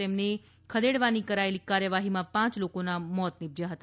તેમની ખદેડવાની કરાયેલી કાર્યવાહીમાં પાંચ લોકોના મોત નીપજયા ફતા